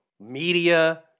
media